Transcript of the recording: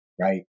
Right